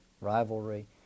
rivalry